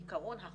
בעיקרון,